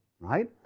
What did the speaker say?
Right